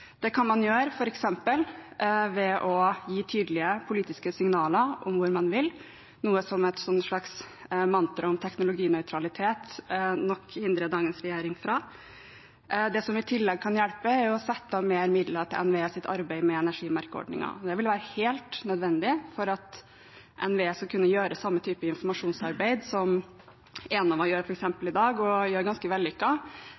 Det kan man gjøre f.eks. ved å gi tydelige politiske signaler om hvor man vil, noe et slags mantra om teknologinøytralitet nok hindrer dagens regjering fra. Det som i tillegg kan hjelpe, er å sette av mer midler til NVEs arbeid med energimerkeordningen. Det vil være helt nødvendig for at NVE skal kunne gjøre samme type informasjonsarbeid som Enova gjør f.eks. i dag – ganske vellykket – med å informere om hensikten og